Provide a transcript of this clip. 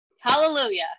hallelujah